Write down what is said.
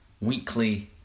weekly